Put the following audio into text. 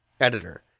Editor